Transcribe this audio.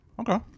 Okay